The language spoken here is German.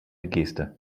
geste